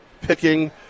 picking